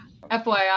FYI